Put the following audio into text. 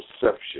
perception